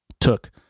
took